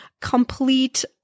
complete